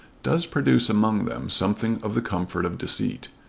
does produce among them something of the comfort of deceit.